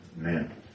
Amen